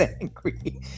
angry